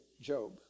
Job